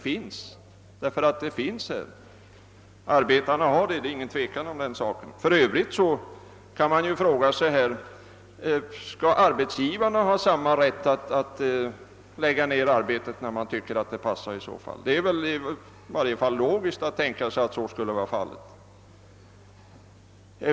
För övrigt kan man fråga sig, om det inte vore logiskt att arbetsgivarna skulle ha samma rätt och kunna stänga arbetsplatserna när de tycker att det passar.